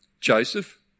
Joseph